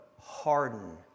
harden